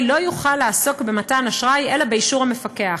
לא יוכל לעסוק במתן אשראי אלא באישור המפקח.